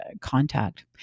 contact